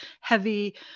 heavy